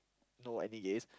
know any gays